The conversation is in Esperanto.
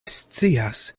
scias